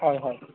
হয় হয়